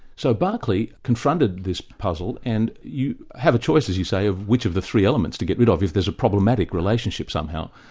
so barclay confronted this puzzle and you have a choice, as you say, of which of the three elements to get rid of if there's a problematic relationship somehow.